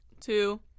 two